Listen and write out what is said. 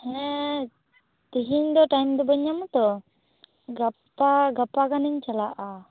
ᱦᱮᱸᱻ ᱛᱮᱦᱮᱧ ᱫᱚ ᱴᱟᱭᱤᱢ ᱫᱚ ᱵᱟ ᱧ ᱧᱟᱢᱟ ᱛᱚ ᱜᱟᱯᱟ ᱜᱟᱯᱟ ᱜᱟᱱᱤᱧ ᱪᱟᱞᱟᱜ ᱼᱟ